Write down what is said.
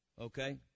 Okay